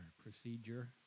procedure